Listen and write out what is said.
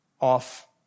off